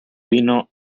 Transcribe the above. vino